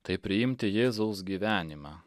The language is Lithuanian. tai priimti jėzaus gyvenimą